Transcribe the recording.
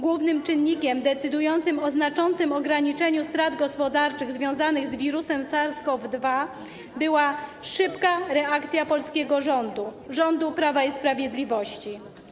Głównym czynnikiem decydującym o znaczącym ograniczeniu strat gospodarczych związanych z wirusem SARS-CoV-2 była szybka reakcja polskiego rządu, rządu Prawa i Sprawiedliwości.